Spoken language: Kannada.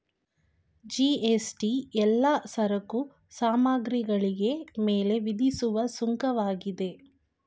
ಜಿ.ಎಸ್.ಟಿ ಎಲ್ಲಾ ಸರಕು ಸಾಮಗ್ರಿಗಳಿಗೆ ಮೇಲೆ ವಿಧಿಸುವ ಸುಂಕವಾಗಿದೆ